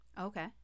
Okay